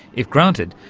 if granted,